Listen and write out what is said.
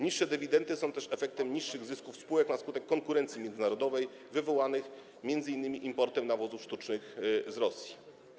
Niższe dywidendy są też efektem niższych zysków spółek na skutek konkurencji międzynarodowej, wywołanej m.in. importem nawozów sztucznych z Rosji.